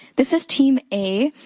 this is team a,